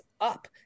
up